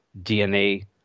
DNA